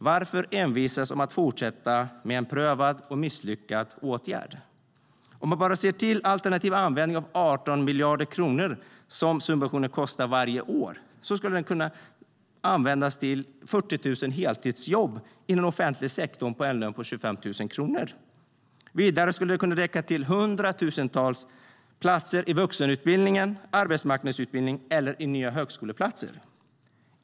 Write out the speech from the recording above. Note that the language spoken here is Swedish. Varför envisas med att fortsätta en redan prövad och misslyckad åtgärd? Om man bara ser till alternativa användningar av de 18 miljarder kronor som subventionen kostar varje år skulle detta kunna användas till 40 000 heltidsjobb i offentlig sektor med en lön på 25 000 kronor per månad. Vidare skulle det kunna räcka till hundratusentals platser i vuxenutbildning, arbetsmarknadsutbildning eller i nya högskoleplatser.